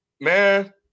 man